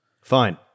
Fine